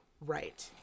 Right